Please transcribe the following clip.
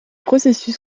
processus